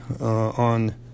on